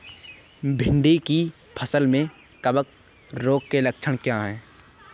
भिंडी की फसल में कवक रोग के लक्षण क्या है?